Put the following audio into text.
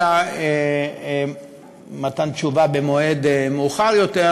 אלא מתן תשובה במועד מאוחר יותר,